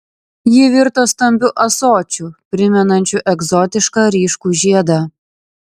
ji virto stambiu ąsočiu primenančiu egzotišką ryškų žiedą